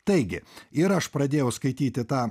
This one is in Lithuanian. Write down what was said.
taigi ir aš pradėjau skaityti tą